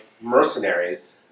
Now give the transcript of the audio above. mercenaries